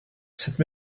cette